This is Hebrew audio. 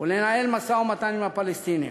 ולנהל משא-ומתן עם הפלסטינים.